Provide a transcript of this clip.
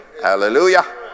Hallelujah